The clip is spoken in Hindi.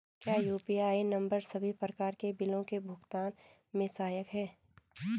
क्या यु.पी.आई नम्बर सभी प्रकार के बिलों के भुगतान में सहायक हैं?